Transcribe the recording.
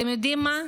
אתם יודעים מה?